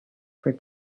for